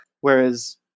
whereas